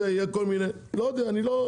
יהיו כל מיני לא יודע.